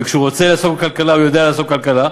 וכשהוא רוצה לעשות כלכלה הוא יודע לעשות כלכלה,